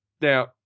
now